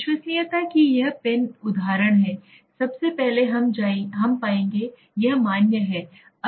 विश्वसनीयता कि यह पेन उदाहरण है सबसे पहले हम पाएंगे यह मान्य है